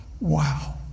Wow